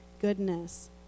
goodness